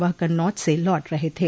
वह कन्नौज से लौट रहे थे